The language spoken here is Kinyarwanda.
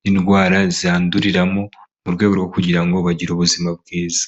n'indwara zanduriramo, mu rwego rwo kugira ngo bagire ubuzima bwiza.